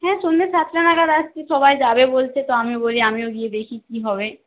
হ্যাঁ সন্ধে সাতটা নাগাদ আজকে সবাই যাবে বলছে তো আমিও বলি আমিও গিয়ে দেখি কি হবে